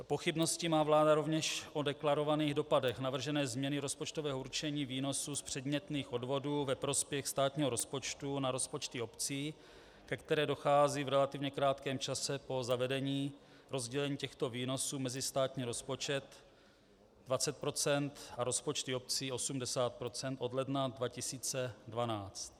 Pochybnosti má vláda rovněž o deklarovaných dopadech navržené změny rozpočtového určení výnosů z předmětných odvodů ve prospěch státního rozpočtu na rozpočty obcí, ke které dochází v relativně krátkém čase po zavedení rozdělení těchto výnosů mezi státní rozpočet 20 % a rozpočty obcí 80 % od ledna 2012.